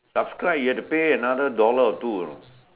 subscribe you have to pay another dollar or two hollow